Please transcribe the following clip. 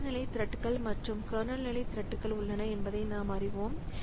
பயனர் நிலை த்ரெட்கள் மற்றும் கர்னல் நிலை த்ரெட்கள் உள்ளன என்பதை நாம் அறிவோம்